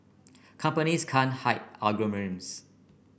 companies can't hide algorithms